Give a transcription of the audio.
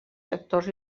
sectors